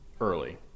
early